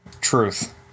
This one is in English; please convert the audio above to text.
Truth